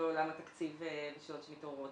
בעולם התקציב בשאלות שמתעוררות.